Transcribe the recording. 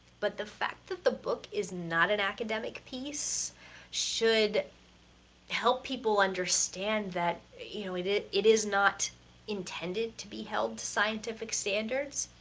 but the fact that the book is not an academic piece should help people understand that you know, it is it is not intended to be held to scientific standards.